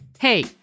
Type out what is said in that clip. Hey